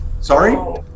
Sorry